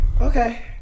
Okay